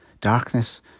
darkness